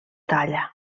talla